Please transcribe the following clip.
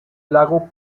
lago